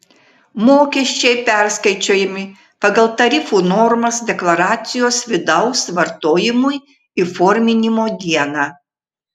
mokesčiai perskaičiuojami pagal tarifų normas deklaracijos vidaus vartojimui įforminimo dieną